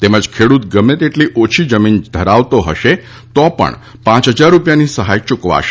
તેમજ ખેડૂત ગમે તેટલી ઓછી જમીન ધરાવતો હશે તો પણ પાંચ હજાર રૂપિયાની સહાય ચૂકવાશે